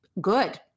good